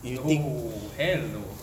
no hell no